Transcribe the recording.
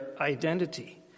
identity